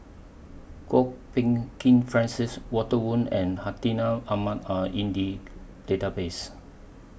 Kwok Peng Kin Francis Walter Woon and Hartinah Ahmad Are in The Database